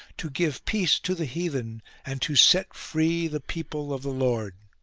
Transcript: to give peace to the heathen and to set free the people of the lord.